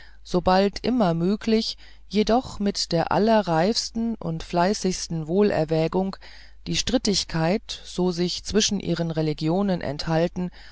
sobald immer müglich und jedoch mit der allerreifsten und fleißigsten wohlerwägung die strittigkeiten so sich zwischen ihren religionen enthalten